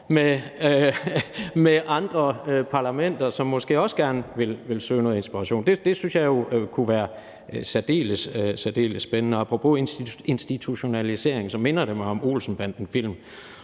med andre parlamenter, som måske også gerne ville søge noget inspiration. Det synes jeg jo kunne være særdeles, særdeles spændende. Apropos det svære ord institutionalisering minder det mig om en Olsen-banden-film